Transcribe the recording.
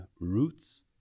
roots